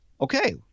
Okay